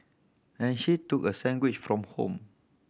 and she took a sandwich from home